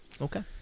Okay